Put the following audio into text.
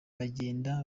bagenda